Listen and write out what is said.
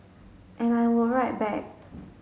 and I would write back